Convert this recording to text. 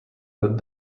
got